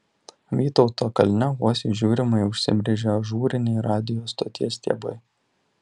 vytauto kalne vos įžiūrimai užsibrėžė ažūriniai radijo stoties stiebai